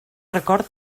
record